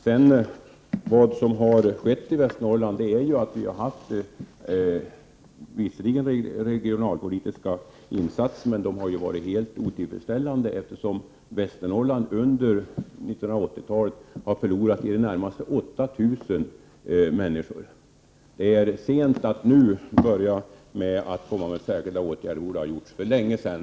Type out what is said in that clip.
Det har visserligen förekommit regionalpolitiska insatser i Västernorrland, men de har varit helt otillräckliga eftersom Västernorrland under 1980-talet har förlorat i de närmaste 8 000 människor. Det är litet sent att nu börja komma med särskilda åtgärder. Det borde ha gjorts för länge sedan.